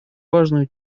важную